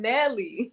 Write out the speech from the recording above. Nelly